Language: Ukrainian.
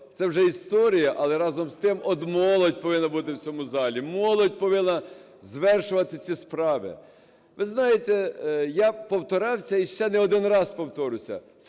це вже історія. Але, разом з тим, от молодь повинна бути в цьому залі, молодь повинна звершувати ці справи. Ви знаєте, я повторявся і ще не один раз повторюся: